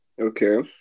Okay